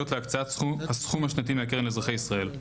להקצאת הסכום השנתי מהקרן לאזרחי ישראל.